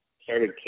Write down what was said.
started